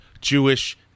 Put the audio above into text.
jewish